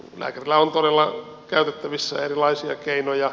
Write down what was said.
lääkäreillä on todella käytettävissä erilaisia keinoja